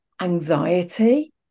anxiety